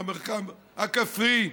מהמרחב הכפרי,